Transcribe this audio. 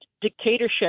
dictatorship